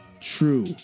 true